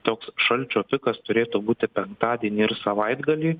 toks šalčio pikas turėtų būti penktadienį ir savaitgalį